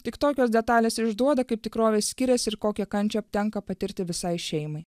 tik tokios detalės išduoda kaip tikrovė skiriasi ir kokią kančią tenka patirti visai šeimai